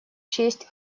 честь